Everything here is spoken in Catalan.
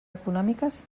econòmiques